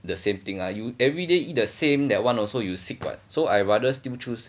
the same thing lah you everyday eat the same that one also you sick what so I rather still choose